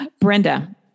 Brenda